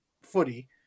footy